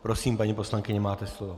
Prosím, paní poslankyně, máte slovo.